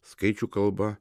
skaičių kalba